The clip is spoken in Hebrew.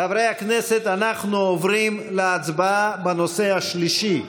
חברי הכנסת, אנחנו עוברים להצבעה בנושא השלישי,